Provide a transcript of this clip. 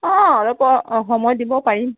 অঁ ৰ'ব অঁ সময় দিব পাৰিম